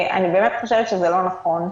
אני באמת חושבת שזה לא נכון.